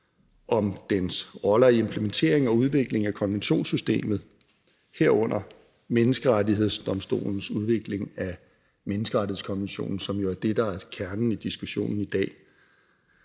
om dens roller i implementering og udvikling af konventionssystemet, herunder Menneskerettighedsdomstolens udvikling af menneskerettighedskonventionen, som jo er det, der er kernen i diskussionen i dag.